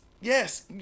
yes